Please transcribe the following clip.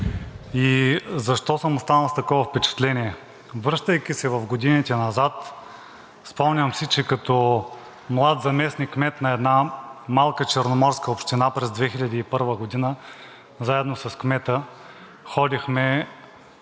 И защо съм останал с такова впечатление? Връщайки се в годините назад, спомням си, че като млад заместник-кмет на една малка черноморска община през 2001 г., заедно с кмета ходихме